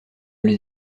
les